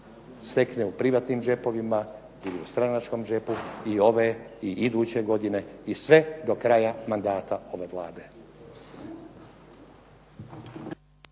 stekne u privatnim džepovima, ili u stranačkom džepu i ove i iduće godine i sve do kraja mandata ove Vlade.